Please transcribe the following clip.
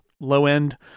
low-end